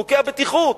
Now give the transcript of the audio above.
חוקי הבטיחות,